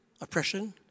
oppression